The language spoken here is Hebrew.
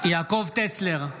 יעקב טסלר,